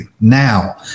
Now